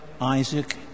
Isaac